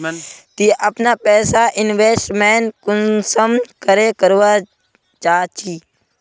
ती अपना पैसा इन्वेस्टमेंट कुंसम करे करवा चाँ चची?